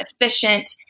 efficient